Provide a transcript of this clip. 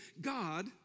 God